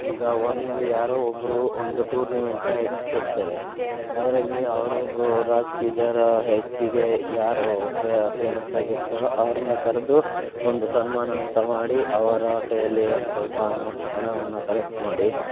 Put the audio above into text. ಈಗ ಒಂದು ಯಾರೋ ಒಬ್ಬರು ಒಂದು ಟೂರ್ನಿಮೆಂಟ್ನ ಇಡ್ಸಿರ್ತಾರೆ ಅದರಲ್ಲಿ ಅವರೊಬ್ರು ರಾಜ್ಕೀಯದವ್ರು ಹೆಚ್ಚಿಗೆ ಯಾರು ಪ್ರೇ ಫ್ರೇಮಸ್ ಆಗಿರ್ತಾರೋ ಅವ್ರನ್ನು ಕರೆದು ಒಂದು ಸನ್ಮಾನ ಅಂತ ಮಾಡಿ ಅವರ ಕೈಯಲ್ಲಿ ಒಂದು ಸ್ವಲ್ಪ ಅಮೌಂಟ್ ಹಣವನ್ನು ಕಲೆಕ್ಟ್ ಮಾಡಿ